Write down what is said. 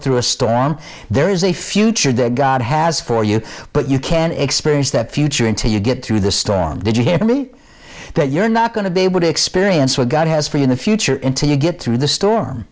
through a storm there is a future that god has for you but you can experience that future until you get through the storm did you hear me that you're not going to be able to experience what god has for you in the future into you get through the storm